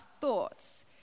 thoughts